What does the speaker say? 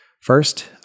First